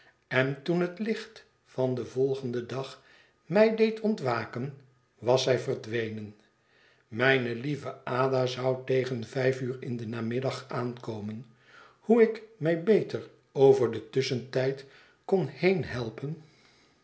en toen het licht van den volgenden dag mij deed ontwaken was zij verdwenen mijne lieve ada zou tegen vijf uur in den namiddag aankomen hoe ik mij beter over den tusscbentijd kon